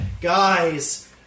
guys